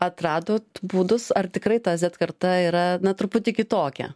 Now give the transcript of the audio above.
atradot būdus ar tikrai ta z karta yra na truputį kitokia